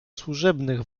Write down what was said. służebnych